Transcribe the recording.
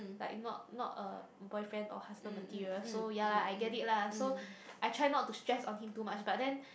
like not not a boyfriend or husband material so ya I get it lah so I try not to stress on him too much but then